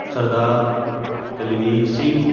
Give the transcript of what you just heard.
Sardar Dalvir Singh